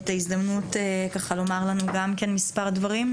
את ההזדמנות לומר לנו גם כן מספר דברים.